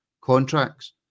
contracts